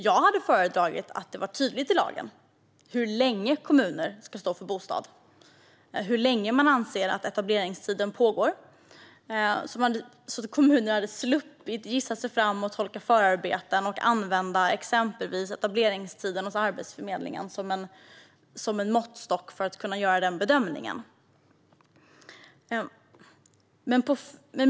Jag hade föredragit att det var tydligt i lagen hur länge kommunerna ska stå för bostad och hur länge man anser att etableringstiden pågår, så att kommunerna hade sluppit gissa sig fram, tolka förarbeten och använda exempelvis etableringstiden hos Arbetsförmedlingen som en måttstock för att kunna göra denna bedömning.